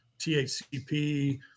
THCP